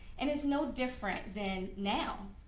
and is no different than now.